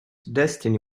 destiny